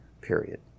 period